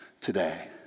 today